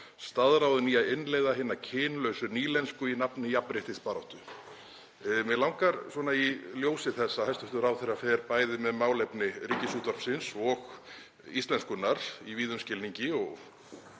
staðráðinn í að innleiða hina kynlausu nýlensku í nafni jafnréttisbaráttu.“ Mig langar svona í ljósi þess að hæstv. ráðherra fer bæði með málefni Ríkisútvarpsins og íslenskunnar í víðum skilningi